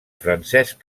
francesc